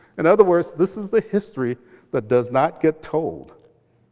in other words, this is the history that does not get told.